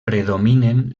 predominen